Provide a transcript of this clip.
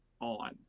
on